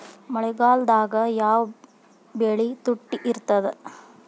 ಮಳೆಗಾಲದಾಗ ಯಾವ ಬೆಳಿ ತುಟ್ಟಿ ಇರ್ತದ?